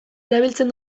erabiltzen